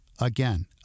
Again